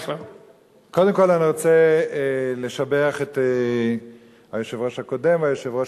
אני רוצה לשבח את היושב-ראש הקודם והיושב-ראש